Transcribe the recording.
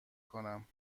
کنم